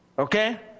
Okay